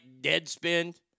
Deadspin